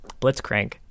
Blitzcrank